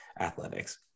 athletics